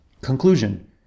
Conclusion